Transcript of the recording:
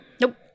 Nope